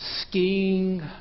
skiing